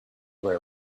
were